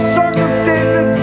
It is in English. circumstances